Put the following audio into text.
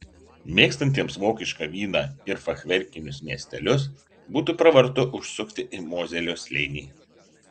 mėgstantiems vokišką vyną ir fachverkinius miestelius būtų pravartu užsukti į mozelio slėnį